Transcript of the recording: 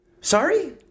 Sorry